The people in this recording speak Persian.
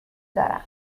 دارم